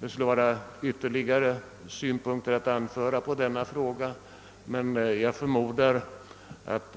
Jag skulle kunna anföra ytterligare synpunkter på denna fråga men jag skall avstå därifrån, då jag förmodar att